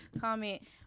comment